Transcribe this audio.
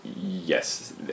yes